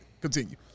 Continue